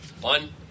One